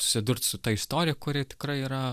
susidurt su ta istorija kuri tikrai yra